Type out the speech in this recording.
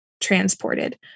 transported